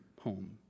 home